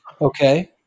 okay